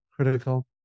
critical